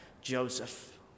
joseph